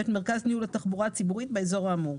ואת מרכז ניהול התחבורה הציבורית באזור האמור.